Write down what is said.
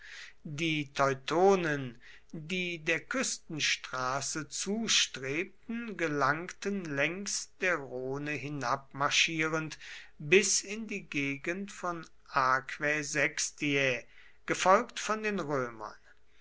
die teutonen die der küstenstraße zustrebten gelangten längs der rhone hinabmarschierend bis in die gegend von aquae sextiae gefolgt von den römern